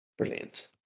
Brilliant